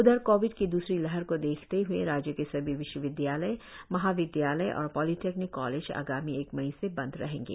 उधर कोविड की द्रसरी लहर को देखते हुए राज्य के सभी विश्वविद्यालय महाविद्यालय और पॉलिटेक्निक कॉलेज आगामी एक मई से बंद रहेंगे